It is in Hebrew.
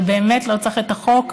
אבל באמת לא צריך את החוק,